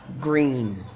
green